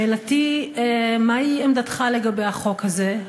שאלותי: מה היא עמדתך לגבי החוק הזה?